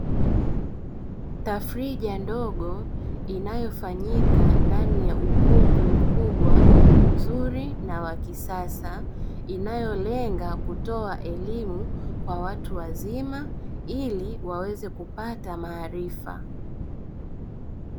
Tafrija ndogo inayofanyika ndani ya ukumbi mkubwa mzuri na wakisasa inayolenga kutoa elimu kwa watu wazima ili waweze kupata maarifa.